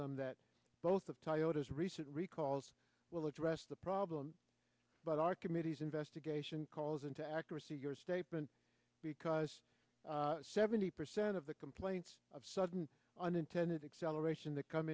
them that both of toyota's recent recalls will address the problem but our committee's investigation calls into accuracy your statement because seventy percent of the complaints of sudden unintended acceleration that come